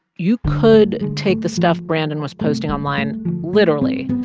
you could take the stuff brandon was posting online literally,